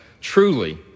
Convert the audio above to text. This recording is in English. truly